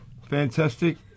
Fantastic